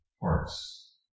parts